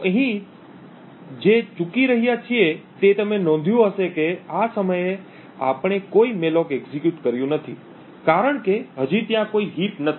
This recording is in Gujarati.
તો અહીં જે ચૂકી રહ્યાં છીએ તે તમે નોંધ્યું હશે કે આ સમયે આપણે કોઈ મૅલોક એક્ઝેક્યુટ કર્યું નથી કારણ કે હજી ત્યાં કોઈ હીપ નથી